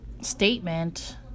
statement